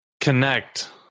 connect